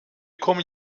kommen